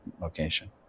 location